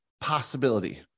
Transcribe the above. possibility